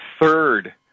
third